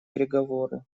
переговоры